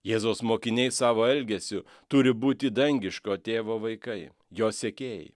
jėzaus mokiniai savo elgesiu turi būti dangiškojo tėvo vaikai jo sekėjai